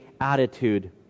attitude